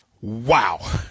Wow